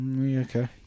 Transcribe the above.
Okay